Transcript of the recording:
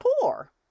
poor